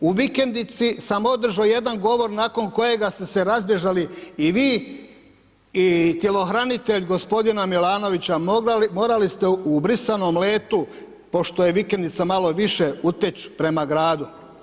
U vikendici sam održao jedan govor nakon kojeg ste se razbježali i vi i tjelohranitelj gospodina Milanovića, morali ste u brisanom letu pošto je vikendica malo više uteći prema gradu.